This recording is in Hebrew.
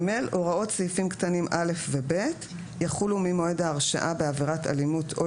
הוראות סעיפים קטנים (א) ו-(ב) יחולו ממועד ההרשעה בעבירת אלימות או